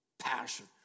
Passion